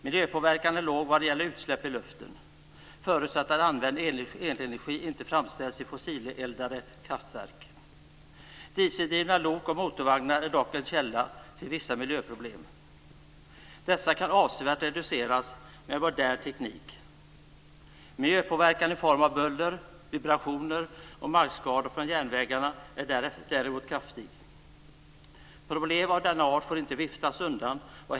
Miljöpåverkan är låg vad gäller utsläpp i luften, förutsatt att använd elenergi inte framställs i fossileldade kraftverk. Dieseldrivna lok och motorvagnar är dock källa till vissa miljöproblem. Dessa kan avsevärt reduceras med modern teknik. Miljöpåverkan i form av buller, vibrationer och markskador från järnvägarna är däremot kraftig. Problem av denna art får inte viftas undan.